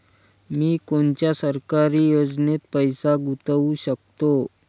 मी कोनच्या सरकारी योजनेत पैसा गुतवू शकतो?